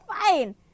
fine